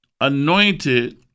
anointed